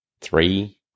three